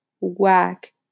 whack